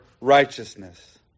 righteousness